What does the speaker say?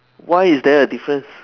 why is there a difference